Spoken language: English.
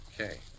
Okay